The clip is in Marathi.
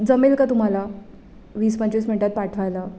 जमेल का तुम्हाला वीस पंचवीस मिनटात पाठवायला